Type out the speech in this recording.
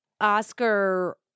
Oscar